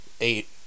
eight